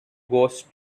ghost